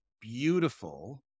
beautiful